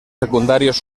secundarios